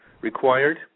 required